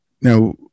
Now